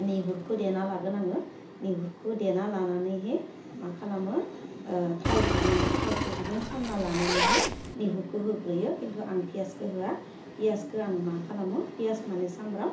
निहुरखौ देना लागोन आङो निहुरखौ देना लानानैहै मा खालामो थाव गुदुं थावखौ गुदुं खालामना लानानैहै निहुखौ होग्रोयो खिन्थु आं पियासखौ होआ पियासखो आङो मा खालामो पियास माने सामब्राम